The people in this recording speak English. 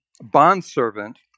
bondservant